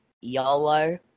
YOLO